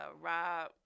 Rob